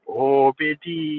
obedi